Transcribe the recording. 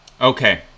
Okay